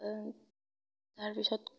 তাৰপিছত